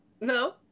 no